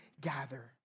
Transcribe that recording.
gather